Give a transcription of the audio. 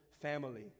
family